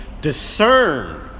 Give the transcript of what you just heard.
discern